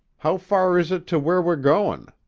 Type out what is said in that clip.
how far is it to where we're goin'?